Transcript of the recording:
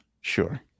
sure